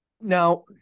Now